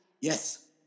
Yes